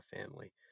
family